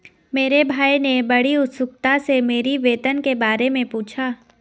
मेरे भाई ने बड़ी उत्सुकता से मेरी वेतन के बारे मे पूछा